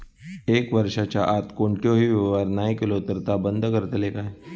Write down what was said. एक वर्षाच्या आत कोणतोही व्यवहार नाय केलो तर ता बंद करतले काय?